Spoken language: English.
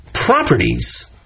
Properties